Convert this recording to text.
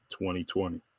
2020